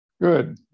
Good